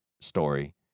story